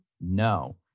No